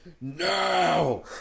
No